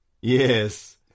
Yes